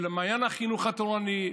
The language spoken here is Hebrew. למעיין החינוך התורני,